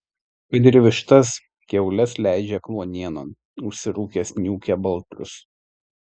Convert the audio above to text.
kad ir vištas kiaules leidžia kluonienon užsirūkęs niūkia baltrus